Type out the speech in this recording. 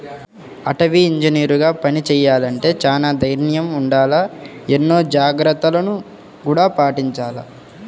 అటవీ ఇంజనీరుగా పని చెయ్యాలంటే చానా దైర్నం ఉండాల, ఎన్నో జాగర్తలను గూడా పాటించాల